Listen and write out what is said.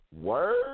Word